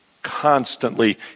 constantly